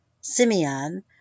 Simeon